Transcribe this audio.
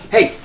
Hey